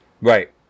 right